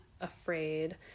afraid